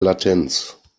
latenz